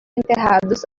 enterrados